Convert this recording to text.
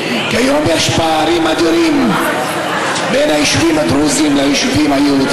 אני אומרת לך, אני לא מתביישת להגיד,